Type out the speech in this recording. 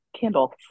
candles